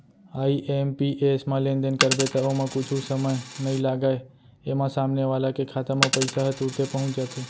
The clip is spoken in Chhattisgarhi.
आई.एम.पी.एस म लेनदेन करबे त ओमा कुछु समय नइ लागय, एमा सामने वाला के खाता म पइसा ह तुरते पहुंच जाथे